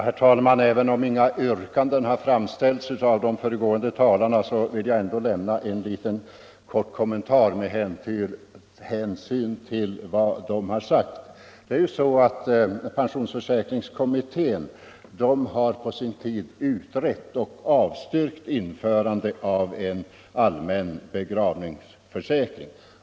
Herr talman! Även om inga yrkanden har framställts av de föregående talarna vill jag ändå göra en kort kommentar med hänsyn till vad de har sagt. Pensionsförsäkringskommittén avstyrkte på sin tid införandet av en å allmän begravningsförsäkring.